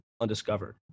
undiscovered